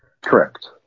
Correct